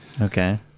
Okay